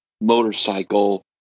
motorcycle